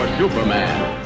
Superman